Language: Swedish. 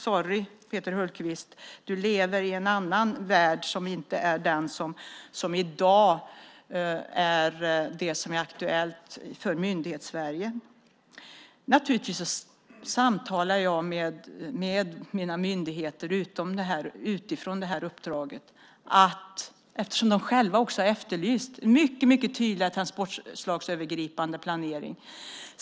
Sorry , Peter Hultqvist, men du lever i en annan värld än den som i dag är aktuell för Myndighets-Sverige. Jag samtalar naturligtvis med mina myndigheter utifrån uppdraget. De har också själva efterlyst mycket tydlig transportslagsövergripande planering.